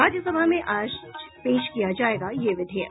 राज्यसभा में आज पेश किया जायेगा यह विधेयक